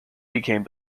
became